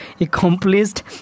accomplished